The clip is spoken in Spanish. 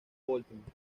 baltimore